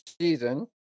season